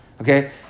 okay